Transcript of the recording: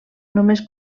només